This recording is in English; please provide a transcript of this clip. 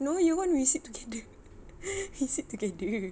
no year one we sit together we sit together